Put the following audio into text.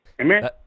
Amen